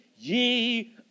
ye